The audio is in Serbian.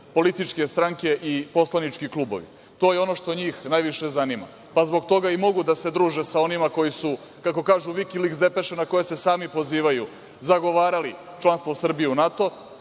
političke stranke i poslanički klubovi. To je ono što njih najviše zanima, pa zbog toga i mogu da se druže sa onima koji su, kako kaže Vikiliks, depeše na koje se sami pozivaju zagovarali članstvo Srbije u NATO,